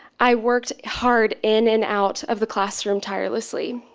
i worked hard in and out of the classroom tire lessly.